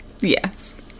Yes